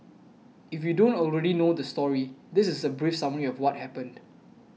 if you don't already know the story this is a brief summary of what happened